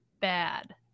bad